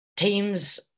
Teams